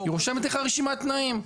היא רושמת לך רשימת תנאים.